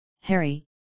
Harry